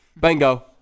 Bingo